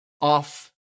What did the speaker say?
off